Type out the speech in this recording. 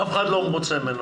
אף אחד לא מרוצה ממנו,